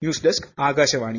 news desk Akashvani